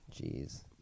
Jeez